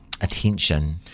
attention